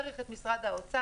צריך את משרד האוצר.